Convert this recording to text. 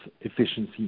efficiency